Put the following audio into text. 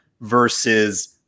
versus